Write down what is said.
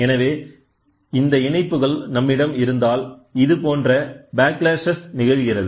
எனவே இந்த இணைப்புகள் நம்மிடம் இருந்தால் இதுபோன்றே ப்ளாக்ளாஷ் நிகழ்கிறது